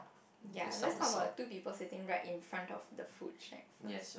yeah let's talk about two people sitting right in front of the food shelf first